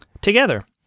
together